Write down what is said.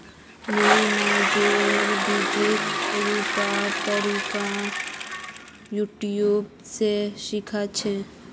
मुई नाइजरेर बीजक रोपवार तरीका यूट्यूब स सीखिल छि